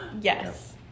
Yes